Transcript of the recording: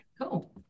Cool